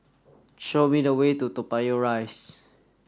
show me the way to Toa Payoh Rise